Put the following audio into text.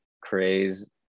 craze